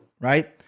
right